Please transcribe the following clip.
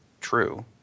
true